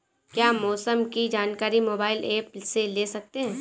क्या मौसम की जानकारी मोबाइल ऐप से ले सकते हैं?